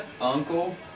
uncle